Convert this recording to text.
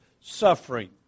suffering